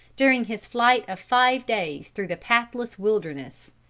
during his flight of five days through the pathless wilderness.